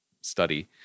study